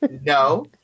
no